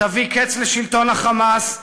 תביא קץ לשלטון ה"חמאס",